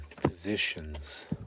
positions